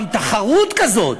גם תחרות כזאת.